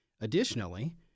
Additionally